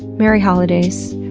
merry holidays.